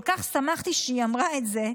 כל כך שמחתי שהיא אמרה את זה,